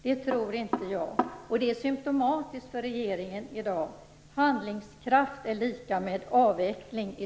Det tror jag inte på, men det är symtomatiskt för regeringen i dag - handlingskraft är lika med avveckling i